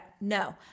no